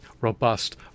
robust